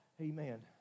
Amen